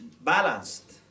balanced